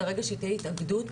ברגע שתהיה התלכדות,